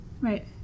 Right